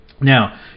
Now